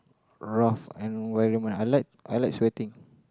rough environment I like I like sweating